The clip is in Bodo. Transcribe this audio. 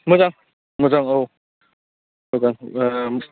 मोजां मोजां औ मोजां